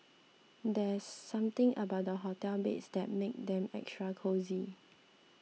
there's something about the hotel beds that makes them extra cosy